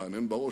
הוא מהנהן בראש,